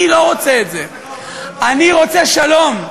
אני לא רוצה את זה, אני רוצה שלום,